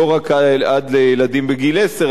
לא רק לילדים עד גיל עשר,